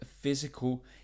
physical